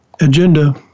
agenda